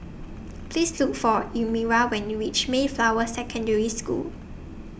Please Look For Elmyra when YOU REACH Mayflower Secondary School